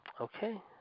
Okay